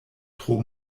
tro